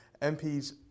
MPs